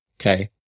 Okay